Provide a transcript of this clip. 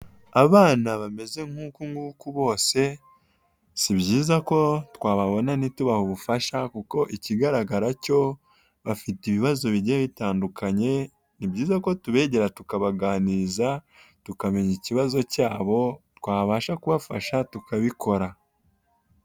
Abana bameze nk'ukunguku bose, si byiza ko twababona ntitubahe ubufasha kuko ikigaragara cyo bafite ibibazo bigiye bitandukanye, ni byiza ko tubegera tukabaganiriza tukamenya ikibazo cyabo twabasha kubafasha tukabikora.